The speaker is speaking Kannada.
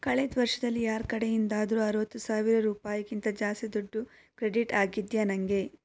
ಕಳೆದ ವರ್ಷದಲ್ಲಿ ಯಾರ ಕಡೆಯಿಂದಾದರೂ ಅರುವತ್ತು ಸಾವಿರ ರೂಪಾಯಿಗಿಂತ ಜಾಸ್ತಿ ದುಡ್ಡು ಕ್ರೆಡಿಟ್ ಆಗಿದೆಯಾ ನನಗೆ